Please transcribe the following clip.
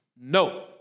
No